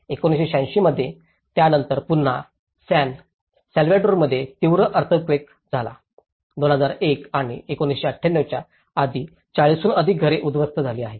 1986 मध्ये त्यानंतर पुन्हा सण साल्वाडोरमध्ये तीव्र अर्थक्वेक झाला आहे 2001 आणि 1998 च्या आधी 40 हून अधिक घरे उद्ध्वस्त झाली आहेत